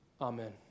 Amen